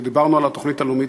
ודיברנו על התוכנית הלאומית.